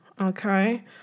okay